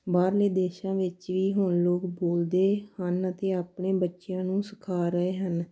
ਬਾਹਰਲੇ ਦੇਸ਼ਾਂ ਵਿੱਚ ਵੀ ਹੁਣ ਲੋਕ ਬੋਲਦੇ ਹਨ ਅਤੇ ਆਪਣੇ ਬੱਚਿਆਂ ਨੂੰ ਸਿਖਾ ਰਹੇ ਹਨ